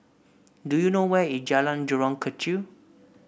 do you know where is Jalan Jurong Kechil